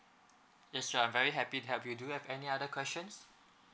yes sir I'm very happy to help you do you have any other questions